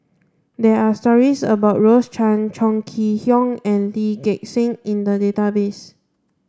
there are stories about Rose Chan Chong Kee Hiong and Lee Gek Seng in the database